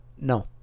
No